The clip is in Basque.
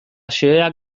xeheak